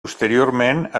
posteriorment